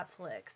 Netflix